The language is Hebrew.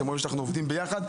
אתם רואים שאנחנו עובדים ביחד.